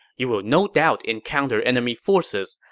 you will no doubt encounter enemy forces.